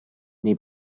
nei